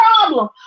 problem